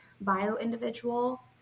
bio-individual